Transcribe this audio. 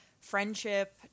friendship